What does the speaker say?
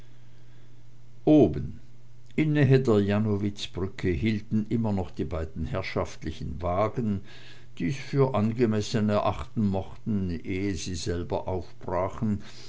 oben in nähe der jannowitzbrücke hielten immer noch die beiden herrschaftlichen wagen die's für angemessen erachten mochten ehe sie selber aufbrachen